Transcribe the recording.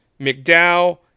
McDowell